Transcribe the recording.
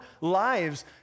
lives